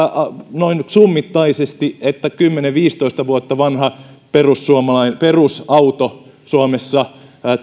summittaisesti että noin kymmenen viiva viisitoista vuotta vanha perusauto suomessa